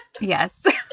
yes